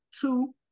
two